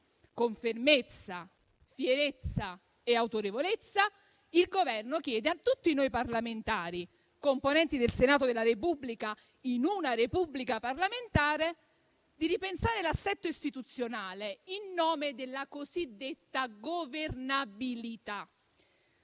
con fermezza, fierezza e autorevolezza, il Governo chiede a tutti noi parlamentari, componenti del Senato della Repubblica, in una Repubblica parlamentare, di ripensare l'assetto istituzionale in nome della cosiddetta governabilità.